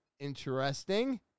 Interesting